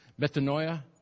Metanoia